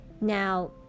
Now